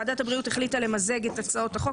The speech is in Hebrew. ועדת הבריאות החליטה למזג את הצעות החוק